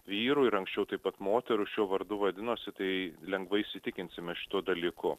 vyrų ir anksčiau taip pat moterų šiuo vardu vadinosi tai lengvai įsitikinsime šituo dalyku